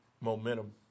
momentum